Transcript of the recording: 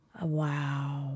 Wow